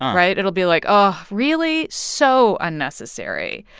right? it'll be like, oh, really? so unnecessary.